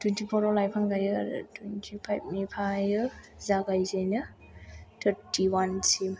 थुइनथिपराव लाइफां गायो आरो थुइनथिफाइभनिफ्रायो जागायजेनो थार्ति वानसिम